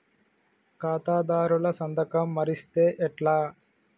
ఖాతాదారుల సంతకం మరిస్తే ఎట్లా?